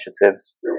initiatives